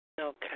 Okay